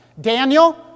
Daniel